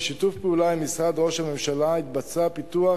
בשיתוף פעולה עם משרד ראש הממשלה יתבצע פיתוח